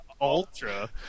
Ultra